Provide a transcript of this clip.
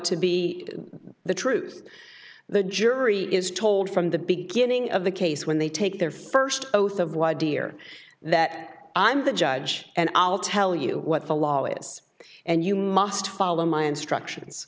to be the truth the jury is told from the beginning of the case when they take their first oath of why dear that i'm the judge and i'll tell you what the law is and you must follow my instructions